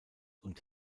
und